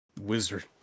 Wizard